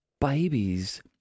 Babies